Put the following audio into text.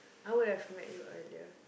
I would have met you earlier